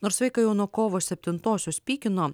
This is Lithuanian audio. nors vaiką jau nuo kovo septintosios pykino